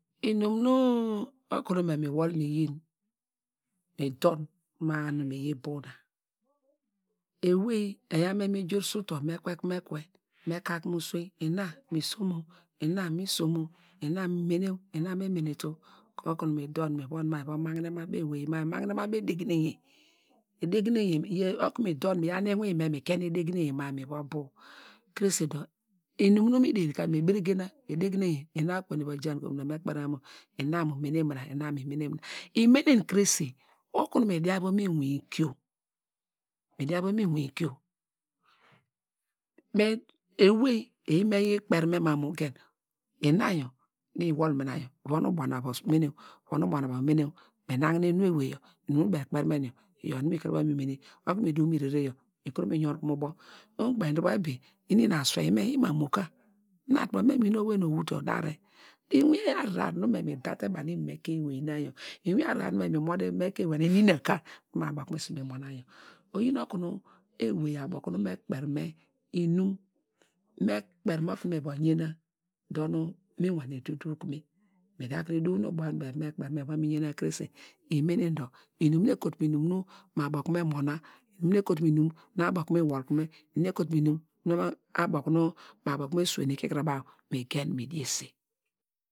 Inum nu oku nu me mi wol mi yi, mi dor ma- a mi yi bow na, ewey eyan me, ka ku me usuein, ina isom oo ina misom oo, ina mene oo ina e- menelu oo. Okunu mi dor mi von ma mi vi magne mu abo ewey, mi magne mu abo edegne, edegne mi, okunu mi dor mi yaw nu iwinme mi kein edegne nra mi va bow, krese dor inuminu mi ḍeri ka mi berigena, edegne ina okunu iva jan kom, dor me kperime ma mu ina mene nunia, ina mi menen nuria, imenen krese, okunu mi dian mu iwinkio mi dian mu iwinkio, ewey eyi me yi kperi me ma mu ina vom ubo na va mene oo, me nagne enu ewey yor, ubo nu baw ekperi men yor. Iyow nu me kuru me mene, okunu mi duw me rere yor ikuru mi yon ku me ubo. Mina kpetubo ini na aswei me ima mo ka mina tubo me mi yi te owey nu owute odar imi ahrar nu me mi da te ba nu ivom ekeiny ewey na yor nu me ma su abo okunu me mon- a yor. Oyi nu okunu ewey abo kunu me kperi me inum me kperi me okunu me va vena okunu miva dukume, mi dakuru duw ubo nuw baw eva kperike krese, ida kuru mene inum nu eko tum mu iinum nu me abo kunu mi mona, inum nu ekotun mu inum nu abo okunu mi wol kume, inum nu ekotun mu inum nu me swene mi gen mi diesen.